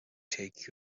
take